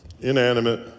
inanimate